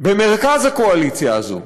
במרכז הקואליציה הזו,